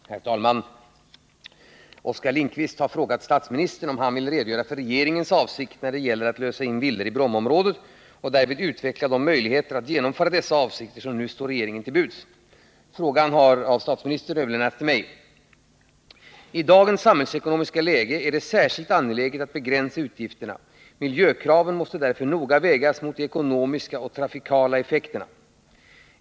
Herr talman! Oskar Lindkvist har frågat statsministern om han vill redogöra för regeringens avsikter när det gäller att lösa in villor i Brommaområdet och därvid utveckla de möjligheter att genomföra dessa avsikter som nu står regeringen till buds. Frågan har överlämnats till mig. I dagens samhällsekonomiska läge är det särskilt angeläget att begränsa utgifterna. Miljökraven måste därför noga vägas mot de ekonomiska och trafikmässiga effekterna.